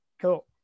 Cool